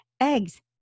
Eggs